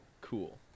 cool